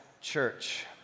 church